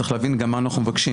צריך להבין גם מה אנחנו מבקשים,